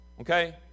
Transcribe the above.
okay